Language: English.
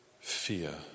fear